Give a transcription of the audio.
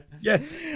Yes